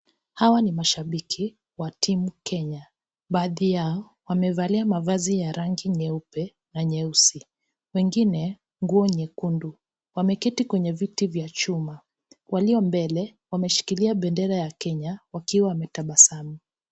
Hawa ni mashabiki wa timu Kenya, baadhi yao wamevalia mavazi ya rangi nyeupe na nyeusi, wengine nguo nyekundu, wameketi kwenye viti vya chuma. Walio mbele wameshikilia bendera ya Kenya wakiwa wametabasamu.